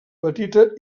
petita